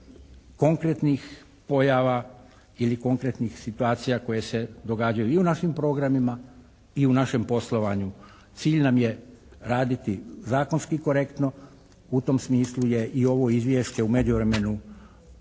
konkretnih pojava ili konkretnih situacija koje se događaju i u našim programima i u našem poslovanju. Cilj nam je raditi zakonski korektno. U tom smislu je i ovo izvješće u međuvremenu